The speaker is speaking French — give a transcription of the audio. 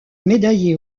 médaillé